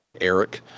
Eric